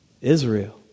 Israel